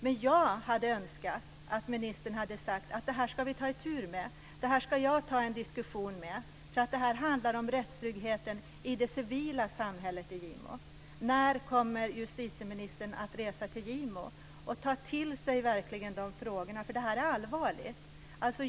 Men jag hade önskat att ministern hade sagt: Det här ska vi ta itu med, det här ska jag ta en diskussion om. Det här handlar om rättstryggheten i det civila samhället i Gimo. När kommer justitieministern att resa till Gimo och verkligen ta till sig dessa frågor? Det här är allvarligt.